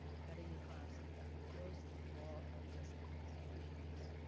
cutting across most all of the disciplines on campus.